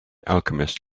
alchemist